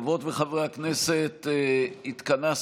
חבר הכנסת ארבל,